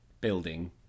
building